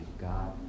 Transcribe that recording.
God